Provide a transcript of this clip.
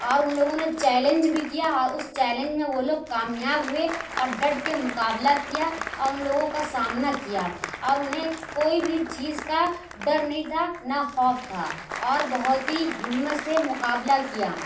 اور اُن لوگوں نے چیلنج بھی کیا اور اُس چیلنج میں وہ لوگ کامیاب ہوئے اور ڈٹ کے مقابلہ کیا اور اُن لوگوں کا سامنا کیا اور اُنہیں کوئی بھی چیز کا ڈر نہیں تھا نہ خوف تھا اور بہت ہی ہمت سے مقابلہ کیا